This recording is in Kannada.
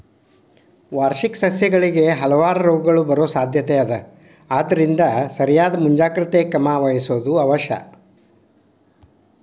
ವಾರ್ಷಿಕ ಸಸ್ಯಗಳಿಗೆ ಹಲವಾರು ರೋಗಗಳು ಬರುವ ಸಾದ್ಯಾತೆ ಇದ ಆದ್ದರಿಂದ ಸರಿಯಾದ ಮುಂಜಾಗ್ರತೆ ಕ್ರಮ ವಹಿಸುವುದು ಅವಶ್ಯ